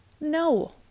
No